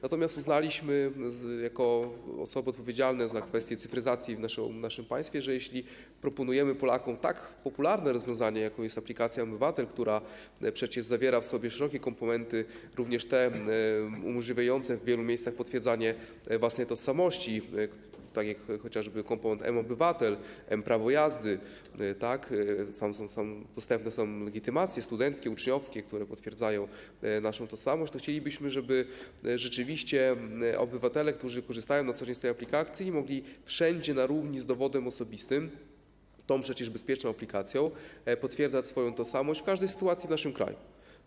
Natomiast uznaliśmy jako osoby odpowiedzialne za kwestię cyfryzacji w naszym państwie, że jeśli proponujemy Polakom tak popularne rozwiązanie, jakim jest aplikacja mObywatel, która przecież zawiera w sobie szerokie komponenty, również te umożliwiające w wielu miejscach potwierdzanie własnej tożsamości, jak chociażby komponent mObywatel, mPrawo jazdy, dostępne są legitymacje studenckie, uczniowskie, które potwierdzają naszą tożsamość, to chcielibyśmy, żeby rzeczywiście obywatele, którzy korzystają na co dzień z tej aplikacji, mogli wszędzie na równi z dowodem osobistym tą przecież bezpieczną aplikacją potwierdzać swoją tożsamość w każdej sytuacji w naszym kraju.